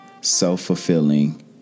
self-fulfilling